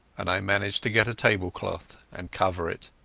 and i managed to get a table-cloth and cover it.